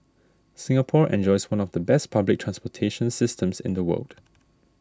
Singapore enjoys one of the best public transportation systems in the world